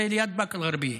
זה ליד באקה אל-גרבייה.